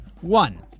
One